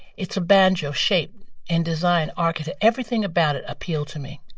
it's a banjo shape and design architect. everything about it appealed to me.